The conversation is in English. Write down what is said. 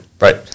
right